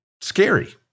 scary